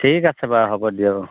ঠিক আছে বাৰু হ'ব দিয়ক অঁ